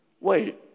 Wait